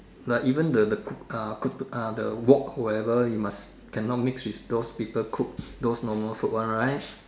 like even the the cook uh cook uh the wok whatever you must cannot mix with those people cook those normal food one right